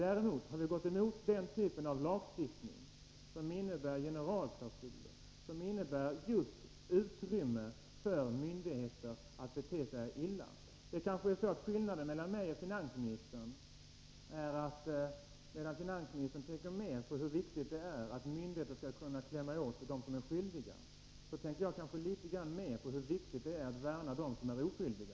Däremot har vi gått emot den typ av lagstiftning som innebär generalklausuler och som ger utrymme för myndigheter att bete sig illa. Det kanske är så att skillnaden mellan finansministern och mig är att medan finansministern tänker mer på hur viktigt det är att myndigheter skall kunna klämma åt dem som är skyldiga, så tänker jag litet mer på hur viktigt det är att värna dem som är oskyldiga.